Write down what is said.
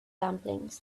dumplings